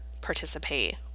participate